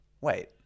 Wait